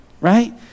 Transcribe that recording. right